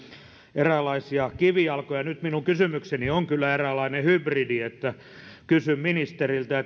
eräänlaisia kivijalkoja nyt minun kysymykseni on kyllä eräänlainen hybridi kysyn ministeriltä